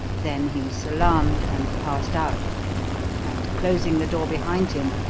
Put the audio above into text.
then he salaamed and passed out and, closing the door behind him,